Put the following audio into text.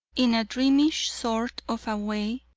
in a dreamy sort of a way,